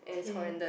okay